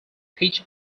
pitch